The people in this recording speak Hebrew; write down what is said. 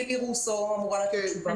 על זה לילי רוסו ממשרד החינוך אמורה לתת תשובה.